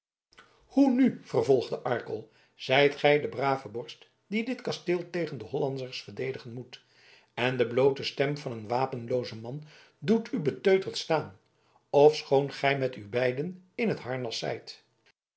hoe nu vervolgde arkel zijt gij de brave borst die dit kasteel tegen de hollanders verdedigen moet en de bloote stem van een wapenloozen man doet u beteuterd staan ofschoon gij met u beiden en in t harnas zijt